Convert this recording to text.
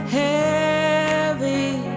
heavy